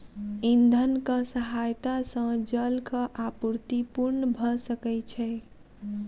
इंधनक सहायता सॅ जलक आपूर्ति पूर्ण भ सकै छै